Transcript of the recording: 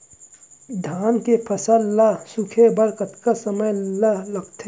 धान के फसल ल सूखे बर कतका समय ल लगथे?